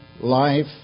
life